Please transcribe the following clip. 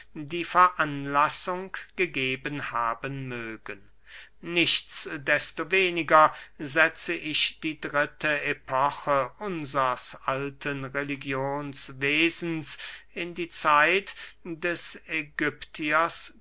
die veranlassung gegeben haben mögen nichts desto weniger setze ich die dritte epoche unsers alten religionswesens in die zeit des ägypters